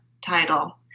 title